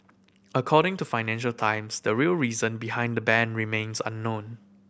according to Financial Times the real reason behind the ban remains unknown